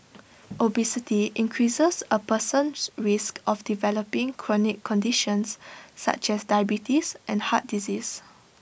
obesity increases A person's risk of developing chronic conditions such as diabetes and heart disease